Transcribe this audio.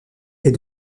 est